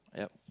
yup